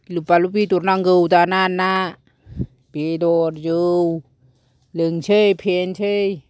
लुबा लुबि बेदर नांगौ दाना ना बेदर जौ लोंसै फेनोसै